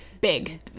big